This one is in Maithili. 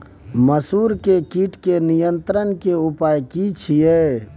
मसूर के कीट के नियंत्रण के उपाय की छिये?